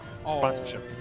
sponsorship